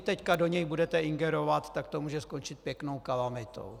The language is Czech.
Jestli do něj teď budete ingerovat, tak to může skončit pěknou kalamitou.